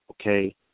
okay